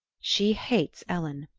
she hates ellen,